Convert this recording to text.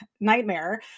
nightmare